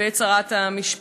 ואת שרת המשפטים.